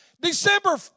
December